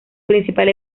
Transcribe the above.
principal